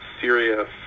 serious